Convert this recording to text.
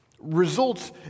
Results